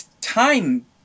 time